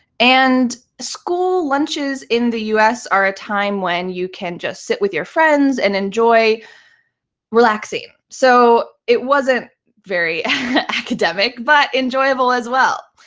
and school lunches in the us are a time when you can just sit with your friends and enjoy relaxing. so it wasn't very academic, but enjoyable as well.